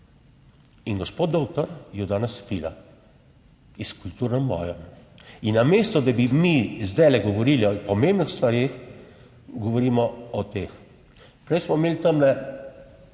In gospod doktor jo danes fila s kulturnim bojem. Namesto, da bi mi zdaj govorili o pomembnih stvareh, govorimo o teh. Prej smo imeli, tamle